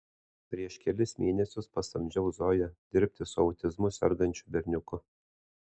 prieš kelis mėnesius pasamdžiau zoją dirbti su autizmu sergančiu berniuku